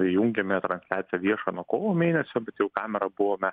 įjungėme translia viešą nuo kovo mėnesio bet jau kamerą buvome